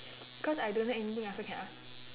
cause I don't know everything I also can ask